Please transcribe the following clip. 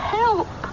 help